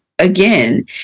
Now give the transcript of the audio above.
again